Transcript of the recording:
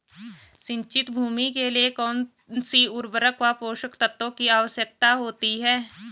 सिंचित भूमि के लिए कौन सी उर्वरक व पोषक तत्वों की आवश्यकता होती है?